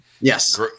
Yes